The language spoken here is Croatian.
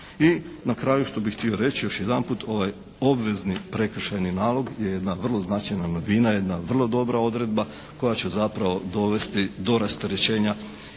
I na kraju što bih htio reći još jedanput ovaj obvezni prekršajni nalog je jedna vrlo značajna novina. Jedna vrlo dobra odredba koja će zapravo dovesti do rasterećenja